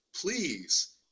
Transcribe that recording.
Please